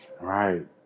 Right